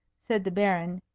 said the baron,